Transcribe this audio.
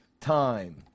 time